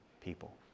people